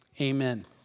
amen